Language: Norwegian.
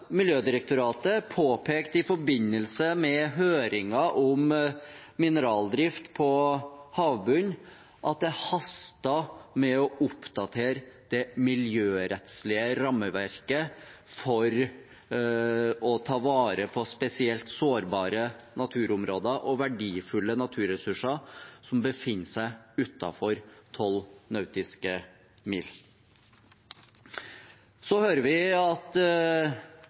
Miljødirektoratet påpekte i forbindelse med høringen om mineraldrift på havbunnen at det hastet med å oppdatere det miljørettslige rammeverket for å ta vare på spesielt sårbare naturområder og verdifulle naturressurser som befinner seg utenfor 12 nautiske mil. Så hører vi – i hvert fall så langt – at